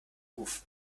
ruf